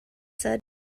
said